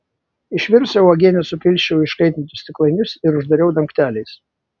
išvirusią uogienę supilsčiau į iškaitintus stiklainius ir uždariau dangteliais